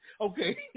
Okay